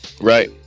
Right